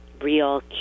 real